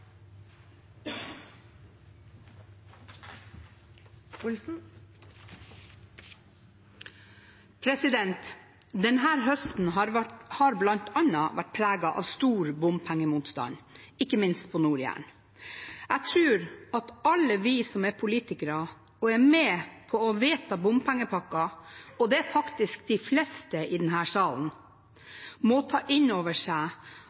høsten har bl.a. vært preget av stor bompengemotstand, ikke minst på Nord-Jæren. Jeg tror at alle vi som er politikere, og som er med på å vedta bompengepakker – og det er faktisk de fleste i denne salen – må ta inn over